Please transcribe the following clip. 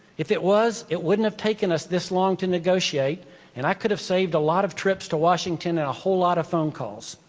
if it was, it wouldn't have taken us this long to negotiate and i could have saved a lot of trips to washington and a whole lot of phone calls.